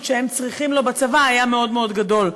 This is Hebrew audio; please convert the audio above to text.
שהם צריכים בצבא היה מאוד מאוד גדול.